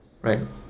right